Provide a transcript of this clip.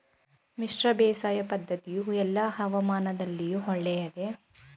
ಮಿಶ್ರ ಬೇಸಾಯ ಪದ್ದತಿಯು ಎಲ್ಲಾ ಹವಾಮಾನದಲ್ಲಿಯೂ ಒಳ್ಳೆಯದೇ?